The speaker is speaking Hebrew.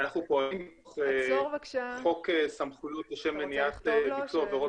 אנחנו פועלים בחוק סמכויות לשם מניעת ביצוע עבירות